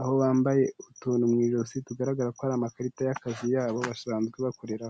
aho bambaye utuntu mu ijosi, tugaragara ko ari amakarita y'akazi yabo basanzwe bakoreraho.